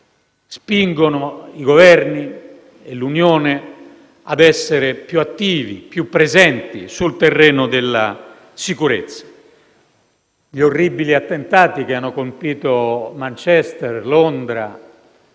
spingono i Governi e l'Unione a essere più attivi e presenti sul terreno della sicurezza. Gli orribili attentati che hanno colpito Manchester e Londra